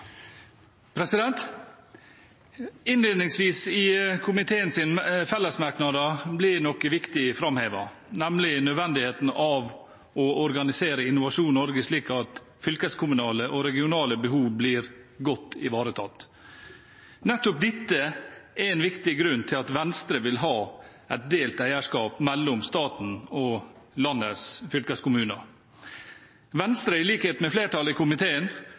Innledningsvis i komiteens fellesmerknader blir noe viktig framhevet, nemlig nødvendigheten av å organisere Innovasjon Norge slik at fylkeskommunale og regionale behov blir godt ivaretatt. Nettopp dette er en viktig grunn til at Venstre vil ha et delt eierskap mellom staten og landets fylkeskommuner. Venstre mener, i likhet med flertallet i komiteen,